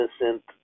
innocent